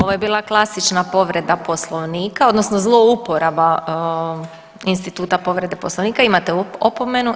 Ovo je bila klasična povreda poslovnika odnosno zlouporaba instituta povrede poslovnika, imate opomenu.